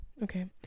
okay